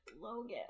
Logan